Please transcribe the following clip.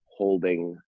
holding